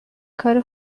کار